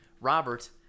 Robert